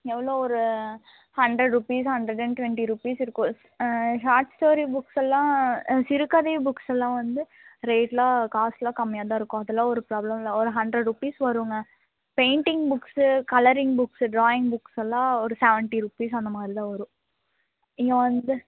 எவ்வளோ ஒரு hundred rupees hundred and twenty rupees இருக்கும் ஷார்ட் ஸ்டோரி புக்ஸெல்லாம் சிறுகதை புக்ஸெல்லாம் வந்து ரேட்டெலாம் காசெலாம் கம்மியாக தான் இருக்கும் அதெல்லாம் ஒரு ப்ராப்ளம் இல்லை ஒரு ஹண்ட்ரேட் ருபீஸ் வருங்க painting books colouring books drawing புக்ஸெல்லாம் ஒரு செவன்ட்டி ருபீஸ் அந்த மாரி தான் வரும் இங்கே வந்து